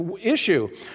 issue